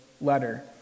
letter